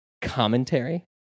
commentary